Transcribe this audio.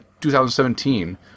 2017